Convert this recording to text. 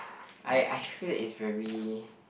I I feel that is very